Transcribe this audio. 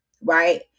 right